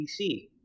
PC